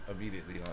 immediately